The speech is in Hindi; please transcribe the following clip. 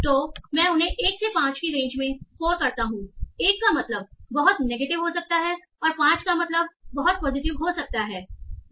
तो मैं उन्हें 1 से 5 की रेंज में स्कोर करता हूं1 का मतलब बहुत नेगेटिव हो सकता है और 5 का मतलब बहुत पॉजिटिव हो सकता है यह माइनस 5 से 5 तक हो सकता है